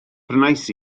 prynais